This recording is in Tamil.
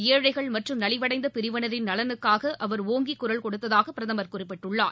ஏழைகள் மற்றும் நலிவடைந்த பிரிவினரின் நலனுக்காக அவர் ஒங்கி குரல் கொடுத்ததாக பிரதமர் குறிப்பிட்டுள்ளார்